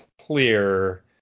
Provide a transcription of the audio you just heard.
clear